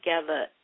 together